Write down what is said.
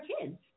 kids